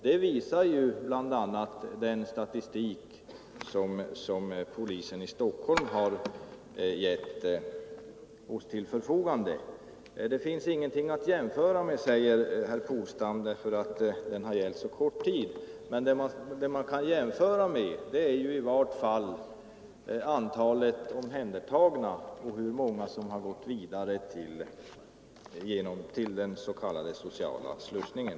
Det visar bl.a. den statistik som polisen i Stockholm har ställt till förfogande. Det finns ingenting att jämföra med, säger herr Polstam, därför att lagen har gällt under så kort tid. Men det man kan jämföra är i vart fall antalet omhändertagna och hur många som gått vidare till den s.k. sociala slussningen.